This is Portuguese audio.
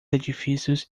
edifícios